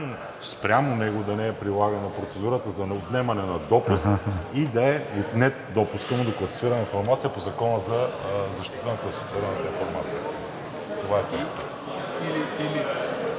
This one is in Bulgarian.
него да не е прилагана процедура за отнемане на допуск и да е отнет допуска му до класифицирана информация по Закона за защита на класифицираната информация.“ Това е